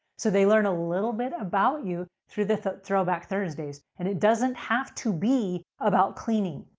so, they learn a little bit about you through the throwback thursdays, and it doesn't have to be about cleaning.